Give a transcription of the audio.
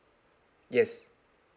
yes